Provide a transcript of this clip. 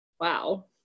Wow